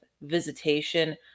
visitation